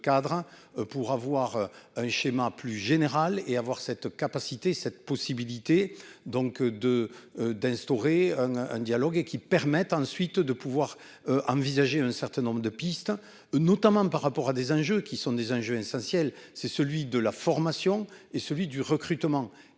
cadre hein pour avoir un schéma plus général et avoir cette capacité, cette possibilité donc de d'instaurer un dialogue et qui permet ensuite de pouvoir envisager un certain nombre de pistes, notamment par rapport à des enjeux qui sont des enjeux essentiels, c'est celui de la formation et celui du recrutement